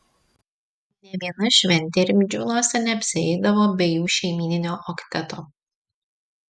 nė viena šventė rimdžiūnuose neapsieidavo be jų šeimyninio okteto